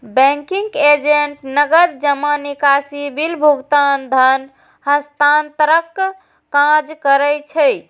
banking agent नकद जमा, निकासी, बिल भुगतान, धन हस्तांतरणक काज करै छै